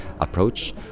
approach